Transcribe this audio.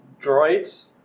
droids